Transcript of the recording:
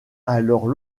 alors